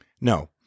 No